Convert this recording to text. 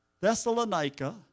Thessalonica